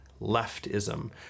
leftism